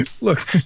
Look